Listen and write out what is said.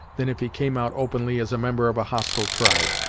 than if he came out openly as a member of a hostile tribe.